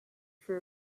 for